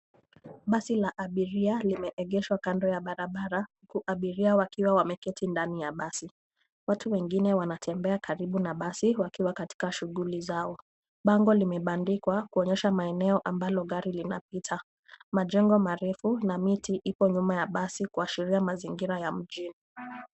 Basi la abiria limeegeshwa kando ya barabara huku abiria wakiwa wameketi ndani ya basi. Watu wengine wanatembea karibu na basi wakiwa katika shughuli zao. Bango limebandikwa kuonyesha maeneo ambalo gari linapita. Majengo marefu na miti ipo nyuma ya basi kuashiria mazingira ya mjini.